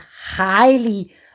highly